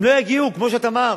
הם לא יגיעו, כמו שאת אמרת.